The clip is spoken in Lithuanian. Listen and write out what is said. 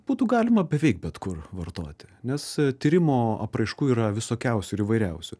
būtų galima beveik bet kur vartoti nes tyrimo apraiškų yra visokiausių ir įvairiausių